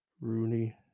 Rooney